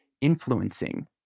influencing